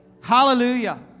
Hallelujah